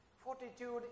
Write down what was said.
Fortitude